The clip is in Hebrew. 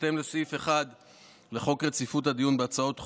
בהתאם לסעיף 1 לחוק רציפות הדיון בהצעות חוק,